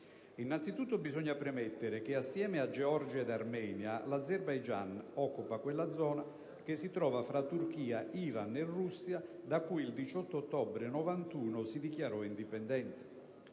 Innanzitutto bisogna premettere che, assieme a Georgia ed Armenia, l'Azerbaigian occupa quella zona che si trova fra Turchia, Iran e Russia, da cui il 18 ottobre 1991 si dichiarò indipendente.